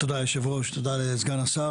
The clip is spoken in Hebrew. תודה היושב-ראש, תודה לסגן השר.